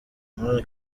umwali